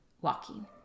walking